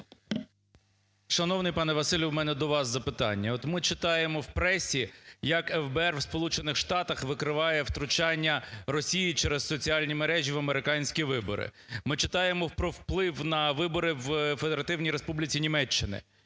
Шановний пане Василю, у мене до вас запитання. От ми читаємо в пресі, як ФБР у Сполучених Штатах викриває втручання Росії через соціальні мережі в американські вибори, ми читаємо про вплив на вибори у Федеративній Республіці Німеччина.